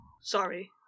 Sorry